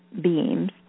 beams